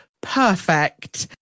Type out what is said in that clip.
perfect